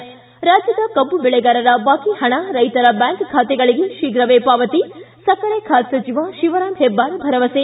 ್ಟಿ ರಾಜ್ಯದ ಕಬ್ಲು ಬೆಳೆಗಾರರ ಬಾಕಿ ಹಣ ರೈತರ ಬ್ಯಾಂಕ್ ಖಾತೆಗಳಿಗೆ ಶೀಘವೇ ಪಾವತಿ ಸಕ್ಕರೆ ಖಾತೆ ಸಚಿವ ಶಿವರಾಮ ಹೆಬ್ಬಾರ್ ಭರವಸೆ